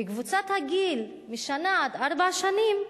בקבוצת הגיל אחת עד ארבע שנים,